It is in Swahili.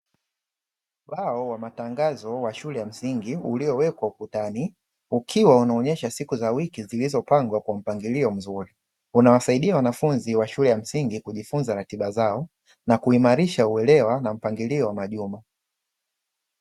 Ubao wa matangazo wa shule ya msingi uliowekwa ukutani, ukiwa unaonesha siku za wiki zilizopangwa kwa mpangilio mzuri. Unawasaidia wanafunzi wa shule ya msingi kujifunza ratiba zao na kuimarisha uelewa na mpangilio wa majuma.